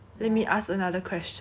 so would you rather fight